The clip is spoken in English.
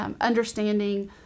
understanding